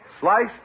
sliced